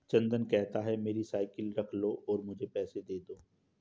चंदन कहता है, मेरी साइकिल रख लो और मुझे पैसे दे दो